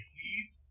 heat